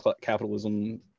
capitalism